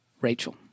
Rachel